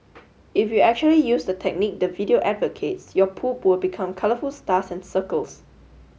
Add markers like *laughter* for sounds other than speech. *noise* if you actually use the technique the video advocates your poop will become colorful stars and circles